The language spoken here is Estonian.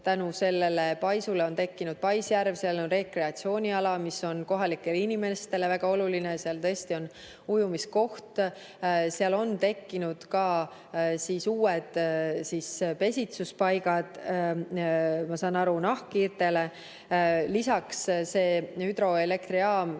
tänu sellele paisule on tekkinud ka paisjärv, seal on rekreatsiooniala, mis on kohalikele inimestele väga oluline, seal on ujumiskoht, seal on tekkinud ka uued pesitsuspaigad, ma saan aru, et nahkhiirtele. Lisaks toodab see hüdroelektrijaam